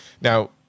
Now